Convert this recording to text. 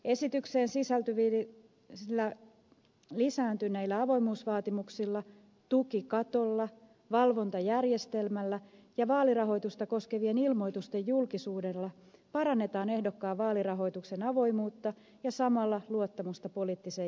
esitykseen sisältyvillä lisääntyneillä avoimuusvaatimuksilla tukikatolla valvontajärjestelmällä ja vaalirahoitusta koskevien ilmoitusten julkisuudella parannetaan ehdokkaan vaalirahoituksen avoimuutta ja samalla luottamusta poliittiseen järjestelmään